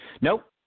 Nope